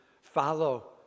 follow